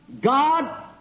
God